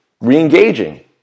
Re-engaging